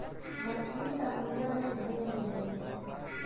मछरी समुंदर में ढेर मिललीन